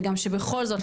וגם שבכל זאת,